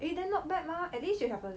eh then not bad mah at least you have a